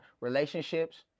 relationships